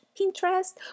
Pinterest